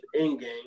Endgame